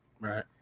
Right